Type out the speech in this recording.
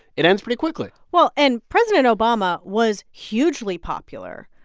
it ends pretty quickly well and president obama was hugely popular.